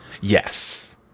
Yes